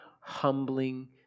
humbling